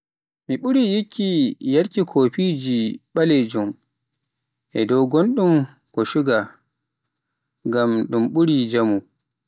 Mi ɓuri yikki yaarki Kofiji ɓelejum, e dow gonɗun ko suga, ngam ɗum ɓuri jaamu.